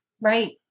Right